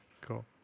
cool